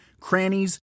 crannies